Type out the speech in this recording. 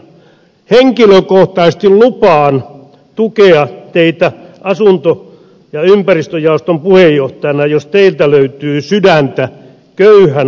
henkilökohtaisesti lupaan tukea teitä asunto ja ympäristöjaoston puheenjohtajana jos teiltä löytyy sydäntä köyhän asunnottoman asiassa